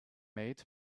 made